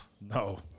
No